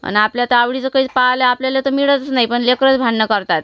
आणि आपल्या तर आवडीचं कधी पाहायले आपल्याला तर मिळतच नाही पण लेकरंच भांडणं करतात